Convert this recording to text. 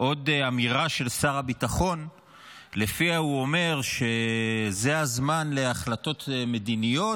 עוד אמירה של שר הביטחון שלפיה זה הזמן להחלטות מדיניות